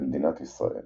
במדינת ישראל